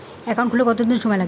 Account খুলতে কতদিন সময় লাগে?